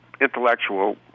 intellectual